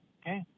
okay